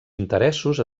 interessos